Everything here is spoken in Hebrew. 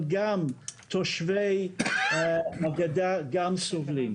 אבל גם תושבי הגדה גם סובלים.